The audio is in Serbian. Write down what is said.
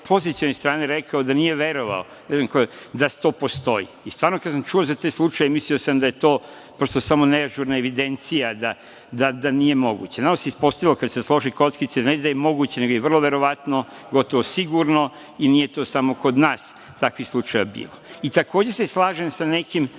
pozicione strane rekao da nije verovao, ne znam ko, da to postoji. Stvarno kada sam čuo za te slučajeve mislio sam da je to prosto samo neažurna evidencija i da nije moguće. Ispostavilo se kada su se složile kockice ne da je moguće nego je vrlo verovatno, gotovo sigurno i nije to samo kod nas takvih slučajeva bilo. Takođe se slažem sa nekim